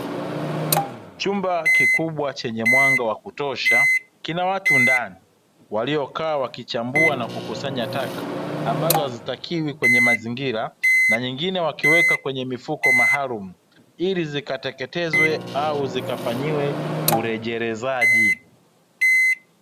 Chumba kikubwa chenye mwanga wa kutosha, kina watu ndani, waliokaa wakichambua na kukusanya taka ambazo hazitakiwi kwenye mazingira, na nyingine wakiweka kwenye mifuko maalumu ili zikateketezwe au zikafanyiwe urejelezaji.